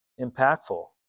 impactful